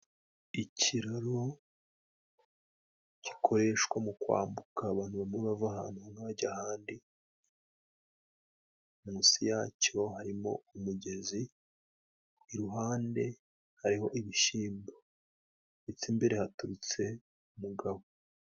Ikiraro gikoreshwa mu kwambuka, abantu bamwe bava ahantu hamwe bajya ahandi, mu nsi yacyo harimo umugezi, iruhande hariho ibishimbo, ndetse imbere haturutse umugabo.